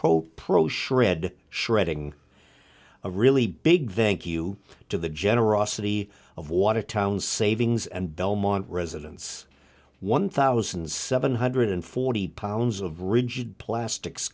pro pro shred shredding a really big thank you to the generosity of watertown savings and belmont residence one thousand seven hundred forty pounds of rigid plastics